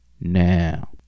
now